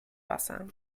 wasser